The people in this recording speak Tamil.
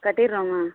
கட்டிவிட்றோங்க